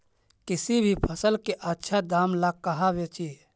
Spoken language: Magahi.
किसी भी फसल के आछा दाम ला कहा बेची?